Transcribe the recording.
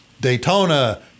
Daytona